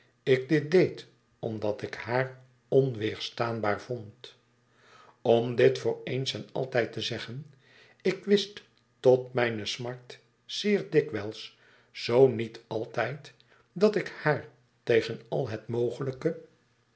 ik dit deed omdat ik haar onweerstaanbaar vond om dit voor eens en altijd te zeggen ik wist tot mijne smart zeer dikwijls zoo niet altijd dat ik haar tegen al het mogelijke